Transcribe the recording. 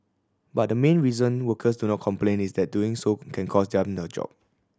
but the main reason workers do not complain is that doing so can cost them their job